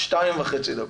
שתיים וחצי דקות.